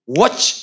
watch